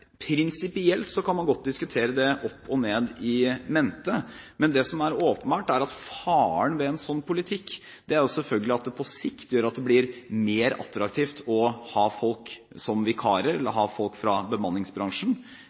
kan man godt diskutere det opp og ned i mente. Men det som er åpenbart, er at faren ved en sånn politikk selvfølgelig er at det blir mer attraktivt å ha folk som vikarer eller å ha folk fra bemanningsbransjen,